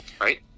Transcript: right